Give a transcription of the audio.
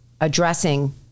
addressing